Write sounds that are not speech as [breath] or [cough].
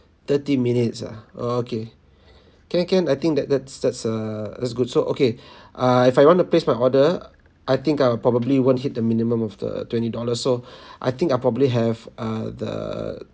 thirty minutes ah okay [breath] can can I think that that's that's a that's good so okay [breath] ah if I want to place my order I think I would probably won't hit the minimum of the twenty dollar so [breath] I think I probably have uh the